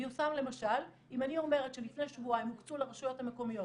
מיושם למשל: אם אני אומרת שלפני שבועיים הוקצו לרשויות המקומיות